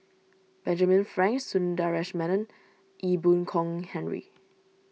Benjamin Frank Sundaresh Menon Ee Boon Kong Henry